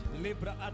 libra